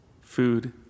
food